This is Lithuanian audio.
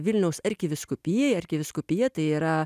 vilniaus arkivyskupijai arkivyskupija tai yra